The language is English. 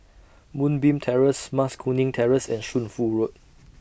Moonbeam Terrace Mas Kuning Terrace and Shunfu Road